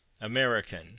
American